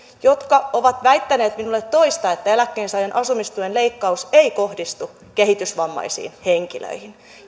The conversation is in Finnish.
jotka ovat väittäneet minulle toista että eläkkeensaajan asumistuen leikkaus ei kohdistu kehitysvammaisiin henkilöihin